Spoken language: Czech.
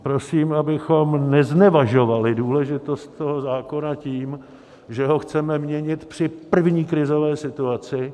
Prosím, abychom neznevažovali důležitost toho zákona tím, že ho chceme měnit při první krizové situaci.